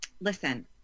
listen